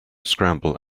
scramble